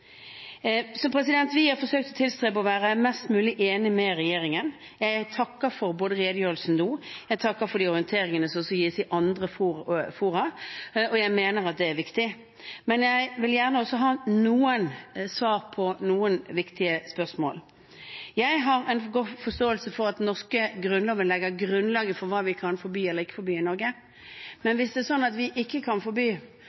Vi har forsøkt å tilstrebe å være mest mulig enig med regjeringen. Jeg takker for redegjørelsen nå, jeg takker for de orienteringene som også gis i andre fora, og jeg mener at det er viktig. Men jeg vil gjerne også ha svar på noen viktige spørsmål. Jeg har forståelse for at den norske grunnloven legger grunnlaget for hva vi kan forby eller ikke forby i Norge. Men hvis det er slik at vi ikke kan forby